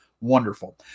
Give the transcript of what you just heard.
wonderful